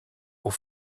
aux